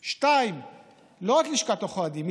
2. לא רק של עורכי הדין,